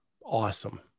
awesome